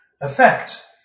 Effect